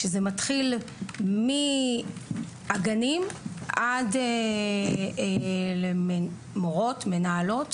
שמתחיל מהגנים ועד מורות ומנהלות,